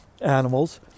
animals